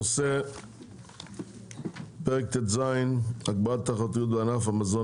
הנושא בנושא פרק ט"ז (הגברת התחרותיות בענף המזון